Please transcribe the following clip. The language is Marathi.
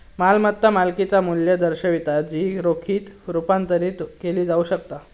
मालमत्ता मालकिचा मू्ल्य दर्शवता जी रोखीत रुपांतरित केली जाऊ शकता